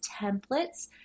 templates